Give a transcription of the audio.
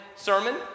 sermon